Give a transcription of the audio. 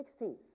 16th